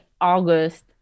August